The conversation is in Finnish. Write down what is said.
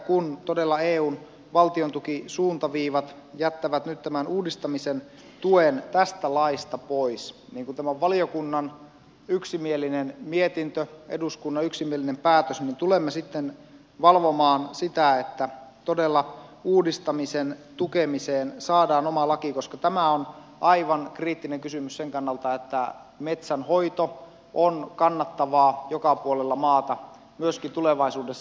kun todella eun valtiontukisuuntaviivat jättävät nyt uudistamisen tuen tästä laista pois niin kun tämä on valiokunnan yksimielinen mietintö eduskunnan yksimielinen päätös me tulemme sitten valvomaan sitä että todella uudistamisen tukemiseen saadaan oma laki koska tämä on aivan kriittinen kysymys sen kannalta että metsänhoito on kannattavaa joka puolella maata myöskin tulevaisuudessa